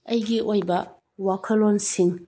ꯑꯩꯒꯤ ꯑꯣꯏꯕ ꯋꯥꯈꯜꯂꯣꯟꯁꯤꯡ